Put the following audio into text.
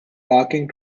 barking